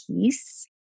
peace